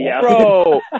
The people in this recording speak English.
Bro